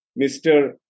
Mr